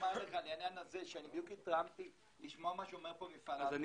מפעל הר-טוב